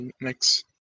Next